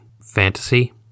fantasy